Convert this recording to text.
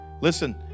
Listen